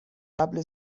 قبل